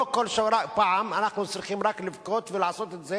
לא כל פעם אנחנו צריכים רק לבכות ולעשות את זה